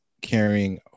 carrying